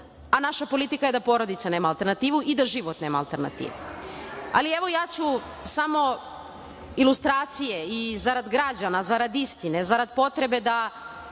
a naša politika je da porodica nema alternativu i da život nema alternativu. Ali, evo, ja ću samo ilustracije i zarad građana, zarad istine, zarad potrebe da